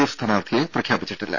F സ്ഥാനാർത്ഥിയെ പ്രഖ്യാപിച്ചിട്ടില്ല